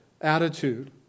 attitude